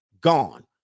gone